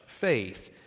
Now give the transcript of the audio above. faith